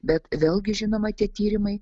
bet vėlgi žinoma tie tyrimai